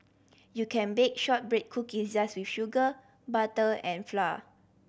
you can bake shortbread cookies just with sugar butter and flour